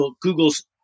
Google's